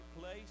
place